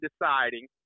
deciding